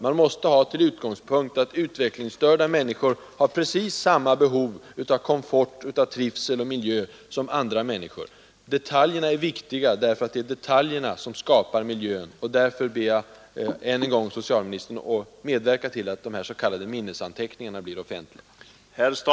Man måste ha till utgångspunkt att utvecklingsstörda människor har minst samma behov av komfort, trivsel och god miljö som andra människor. Även detaljerna är viktiga, därför att det är detaljerna som skapar miljön. Därför ber jag än en gång socialministern att medverka till att de s.k. minnesanteckningarna blir offentliga.